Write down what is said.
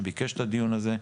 שביקש את הדיון הזה.